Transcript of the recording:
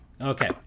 okay